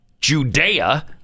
Judea